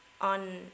on